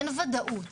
אין ודאות.